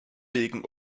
wegen